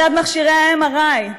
מדד מכשירי ה-MRI,